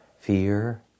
fear